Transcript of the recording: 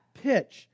pitch